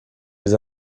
with